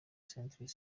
century